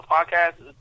podcast